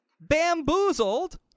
bamboozled